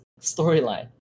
storyline